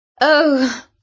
Oh